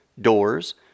doors